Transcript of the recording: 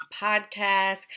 podcast